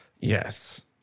Yes